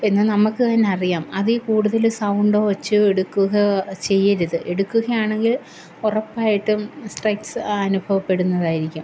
എന്ന് നമുക്ക് തന്നെയറിയാം അതിൽ കൂടുതൽ സൗണ്ടോ ഒച്ചയോ എടുക്കുക ചെയ്യരുത് എടുക്കുകയാണെങ്കിൽ ഉറപ്പായിട്ടും സ്ട്രെസ്സ് അനുഭവപ്പെടുന്നതായിരിക്കും